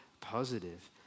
positive